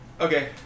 Okay